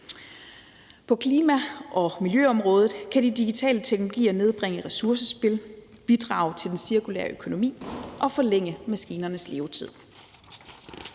På klima- og miljøområdet kan de digitale teknologier nedbringe ressourcespild, bidrage til den cirkulære økonomi og forlænge maskinernes levetid.